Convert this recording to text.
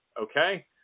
okay